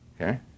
Okay